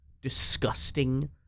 disgusting